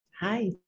Hi